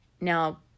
Now